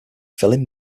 filling